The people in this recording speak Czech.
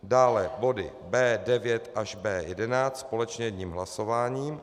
Dále body B9 až B11 společně jedním hlasováním.